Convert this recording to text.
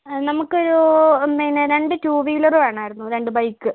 നമുക്കൊരു പിന്നെ രണ്ടു ടു വീലർ വേണമായിരുന്നു രണ്ടു ബൈക്ക്